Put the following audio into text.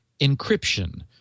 encryption